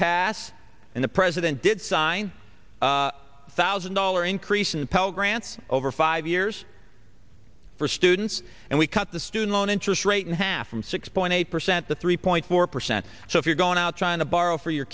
pass and the president did sign a thousand dollar increase in pell grants over five years for students and we cut the student loan interest rate in half from six point eight percent to three point four percent so if you're going out trying to borrow for your